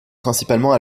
principalement